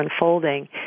unfolding